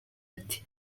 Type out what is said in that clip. ati